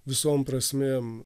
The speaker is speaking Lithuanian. visom prasmėm